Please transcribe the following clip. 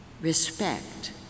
respect